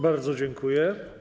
Bardzo dziękuję.